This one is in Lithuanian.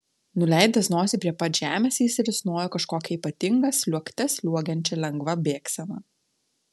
nuleidęs nosį prie pat žemės jis risnojo kažkokia ypatinga sliuogte sliuogiančia lengva bėgsena